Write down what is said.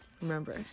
remember